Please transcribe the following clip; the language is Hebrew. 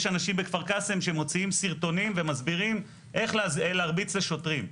יש אנשים בכפר קאסם שמוציאים סרטונים ומסבירים איך להרביץ לשוטרים.